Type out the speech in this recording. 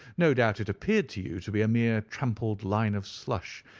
no doubt it appeared to you to be a mere trampled line of slush,